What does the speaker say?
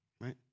Right